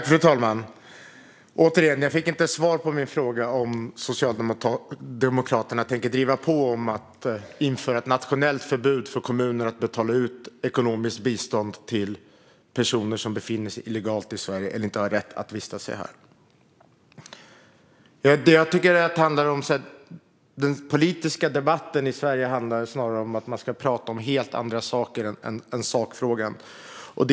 Fru talman! Jag fick inte svar på min fråga om Socialdemokraterna tänker driva på om att införa ett nationellt förbud för kommuner att betala ut ekonomiskt bistånd till personer som illegalt befinner sig i Sverige och inte har rätt att vistas här. Den politiska debatten i Sverige handlar snarare om att man ska tala om helt andra saker än sakfrågan.